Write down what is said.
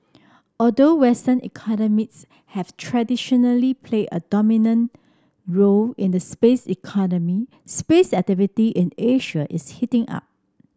although western economies have traditionally played a dominant role in the space economy space activity in Asia is heating up